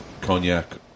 cognac